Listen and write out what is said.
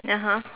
(uh huh)